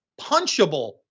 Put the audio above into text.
punchable